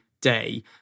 day